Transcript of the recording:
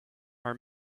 are